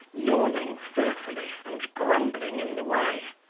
yawning fearfully, and grumbling in the way.